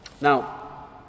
Now